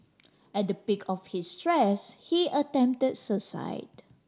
at the peak of his stress he attempt suicide